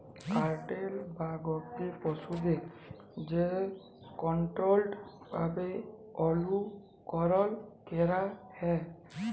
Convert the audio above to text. cattle বা গবাদি পশুদের যে কনটোরোলড ভাবে অনুকরল ক্যরা হয়